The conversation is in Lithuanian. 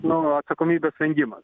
nu atsakomybės vengimas